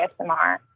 ASMR